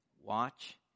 Watch